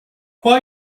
why